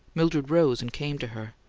mildred rose and came to her.